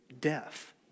death